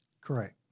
Correct